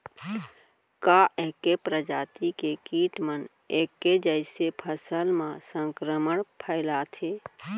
का ऐके प्रजाति के किट मन ऐके जइसे फसल म संक्रमण फइलाथें?